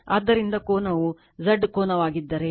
ಆದ್ದರಿಂದ ಕೋನವು Z ಕೋನವಾಗಿದ್ದರೆ